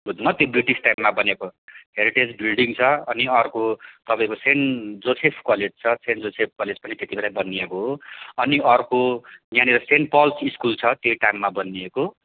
बुझ्नुभयो ती ब्रिटिस टाइममा बनिएको हेरिटेज बिल्डिङ छ अनि अर्को तपाईँको सेन्ट जोसेफ कलेज छ सेन्ट जोसेफ कलेज पनि त्यति बेलै बनिएको हो अनि अर्को यहाँनिर सेन्ट पल्स स्कुल छ त्यही टाइममा बनिएको